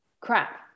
crap